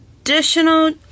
additional